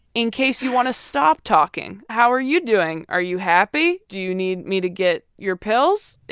in case you want to stop talking. how are you doing? are you happy? do you need me to get your pills?